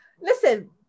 Listen